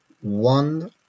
one